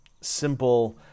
simple